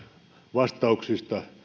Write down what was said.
vastauksista